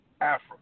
Africa